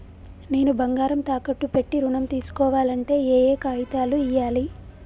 నేను బంగారం తాకట్టు పెట్టి ఋణం తీస్కోవాలంటే ఏయే కాగితాలు ఇయ్యాలి?